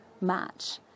match